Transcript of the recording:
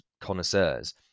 connoisseurs